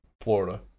Florida